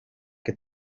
que